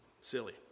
silly